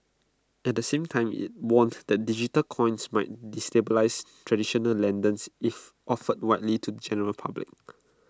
at the same time IT warned that digital coins might destabilise traditional lenders if offered widely to the general public